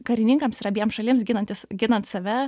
karininkams ir abiem šalims ginantis ginant save